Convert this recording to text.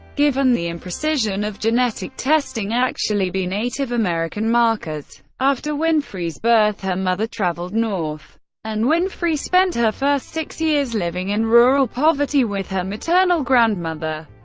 given the imprecision of genetic testing, actually be native american markers. after winfrey's birth, her mother traveled north and winfrey spent her first six years living in rural poverty with her maternal grandmother,